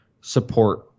support